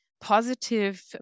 positive